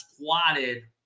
squatted